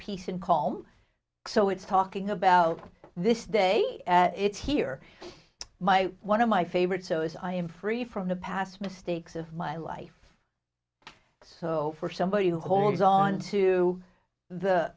peace and calm so it's talking about this day it's here my one of my favorite so is i am free from the past mistakes of my life so for somebody who holds onto the